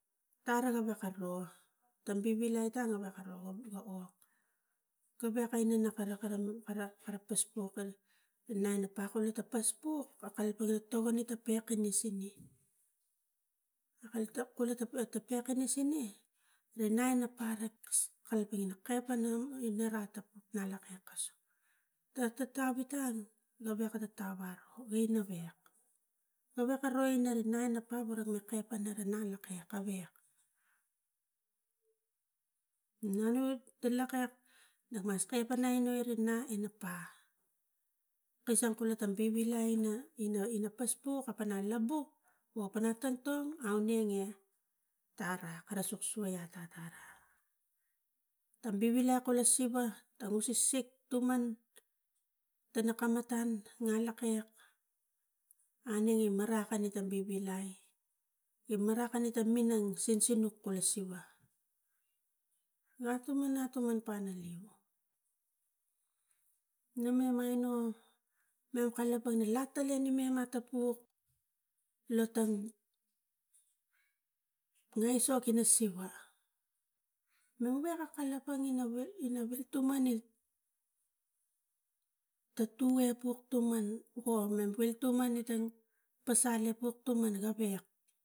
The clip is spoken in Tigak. Tara awek kam ro tang bivilai tang gavek kamro ro gogok gavek kam kara poskau kam neni pakole ta paskuk aikai kole tokone ta pek usinge akai kule tapekisine, a line ina paret kas kalapang ina kekanung i ner atapuk nalokekas tata tabu tan gavek ata ta aro in gavek gavek aro iri naina pa gura ga kek pana ri naina ke kawek nanu gi lakek nakmas kai a pan nainu ina nerik nai napa, kasang kula tang bivilai ina ina paskuk a pana labuko a pana tongtong aunenge tara kara suksuke kai ata tam bivilai kola siva a use sik tuman tara kano tang lakek aunenge marakani tang bivilai i marakani ta minang ina nuk sinsinuk kula siva, atuman, atuman panalek na mem mai no me kalapang lak talimen atapuk la tang nesok ina siva weka kalapang ina vik tuman ek ta tu epuk tuman poko epuk tuman tang pasal epuk tuman gavek.